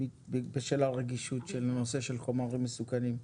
בשל הרגישות של נושא של חומרים מסוכנים.